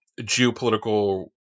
geopolitical